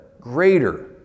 greater